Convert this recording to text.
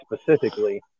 specifically